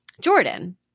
Jordan